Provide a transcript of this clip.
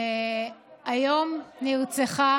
היום נרצחה